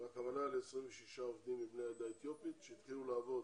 והכוונה ל-26 עובדים מבני העדה האתיופית שהתחילו לעבוד